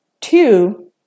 two